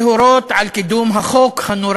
להורות על קידום החוק הנורא